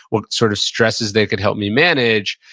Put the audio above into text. what sort of stresses they could help me manage.